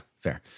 Fair